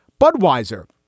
Budweiser